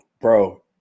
Bro